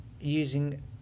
using